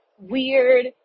weird